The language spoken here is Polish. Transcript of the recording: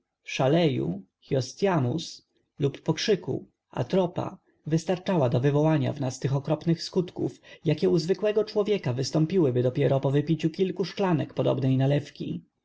szaleju hyoscyamus lub pokrzyku atropa wystarczała do wywołania w nas tych okropnych skutków jakie u zwykłego człowieka wystąpiłyby dopiero po wypiciu kilku szklanek podobnej nalewki